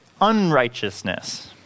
unrighteousness